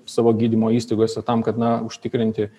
savo gydymo įstaigose tam kad na užtikrinti